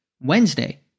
Wednesday